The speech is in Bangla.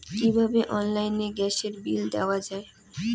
কিভাবে অনলাইনে গ্যাসের বিল দেওয়া যায়?